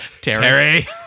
Terry